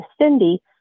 Cindy